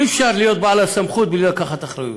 אי-אפשר להיות בעל הסמכות בלי לקחת אחריות,